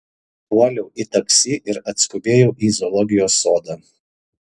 puoliau į taksi ir atskubėjau į zoologijos sodą